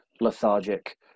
lethargic